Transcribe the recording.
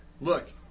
Look